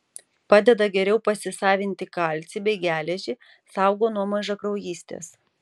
padeda geriau pasisavinti kalcį bei geležį saugo nuo mažakraujystės